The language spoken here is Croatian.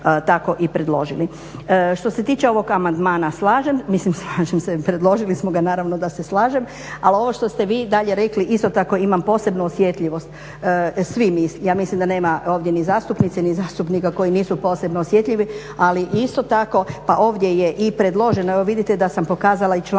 tako i predložili. Što se tiče ovog amandmana, mislim slažem se, predložili smo ga naravno da se slažem, ali ovo što ste vi rekli dalje isto tako imam posebnu osjetljivost svi mi, ja mislim da nema ovdje ni zastupnice ni zastupnika koji nisu posebno osjetljivi ali isto tako pa ovdje je i predloženo evo vidite da sam pokazala i članak